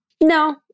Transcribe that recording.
No